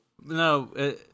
no